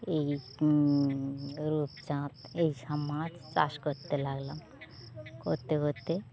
এই রূপচাঁদ এই সব মাছ চাষ করতে লাগলাম করতে করতে